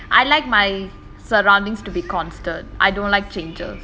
I like my surroundings to be constant I don't like changes